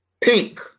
pink